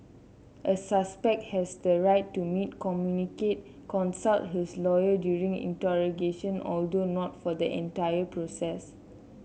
a suspect has the right to meet communicate consult his lawyer during interrogation although not for the entire process